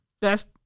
best